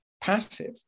passive